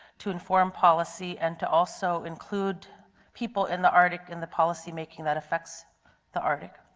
to inform policy and to also include people in the arctic in the policymaking that affects the arctic.